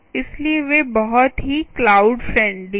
इसलिए वे बहुत ही क्लाउड फ्रेंडली हैं